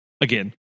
Again